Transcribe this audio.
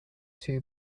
two